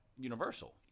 Universal